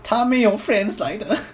她没有 friends 来的